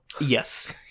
Yes